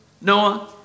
Noah